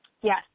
Yes